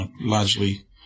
largely